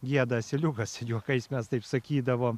gieda asiliukas juokais mes taip sakydavom